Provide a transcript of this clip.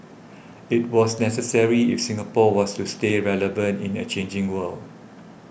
it was necessary if Singapore was to stay relevant in a changing world